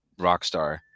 Rockstar